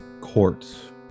Courts